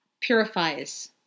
purifies